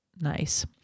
Nice